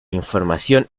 información